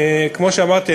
כמו שאמרתי,